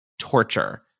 torture